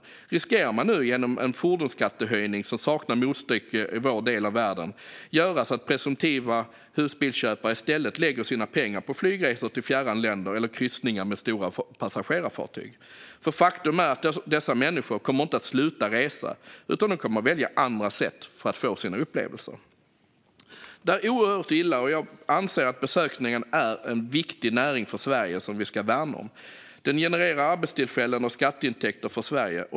Samtidigt riskerar regeringen nu, genom en fordonsskattehöjning som saknar motstycke i vår del av världen, att göra så att presumtiva husbilsköpare i stället lägger sina pengar på flygresor till fjärran länder eller kryssningar med stora passagerarfartyg. Dessa människor kommer inte att sluta resa utan kommer att välja andra sätt att få upplevelser. Det är oerhört illa. Jag anser att besöksnäringen är viktig för Sverige och att vi ska värna om den. Den genererar arbetstillfällen och skatteintäkter för Sverige.